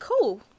cool